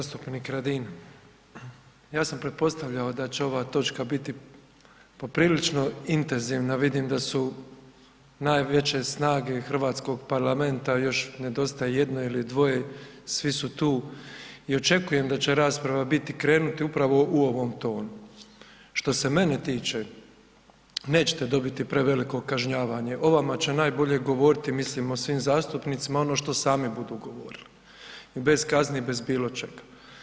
Zastupnik Radin, ja sam pretpostavljao da će ova točka biti poprilično intenzivna, vidim da su najveće snage hrvatskog parlamenta, još nedostaje jedno ili dvoje, svi su tu i očekujem da će rasprava biti, krenuti upravo u ovom tonu. što se mene tiče, nećete dobiti preveliko kažnjavanje, o vama će najbolje govoriti, mislim o svim zastupnicima ono što sami budu govorili i bez kazni i bez bilo čega.